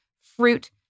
fruit